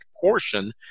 portion